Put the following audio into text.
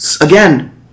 again